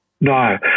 No